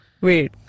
wait